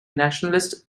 nationalists